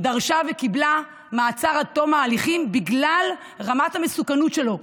דרשה וקיבלה מעצר עד תום ההליכים בגלל רמת המסוכנות שלו.